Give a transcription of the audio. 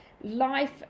life